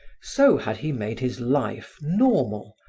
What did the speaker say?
so had he made his life normal,